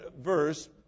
verse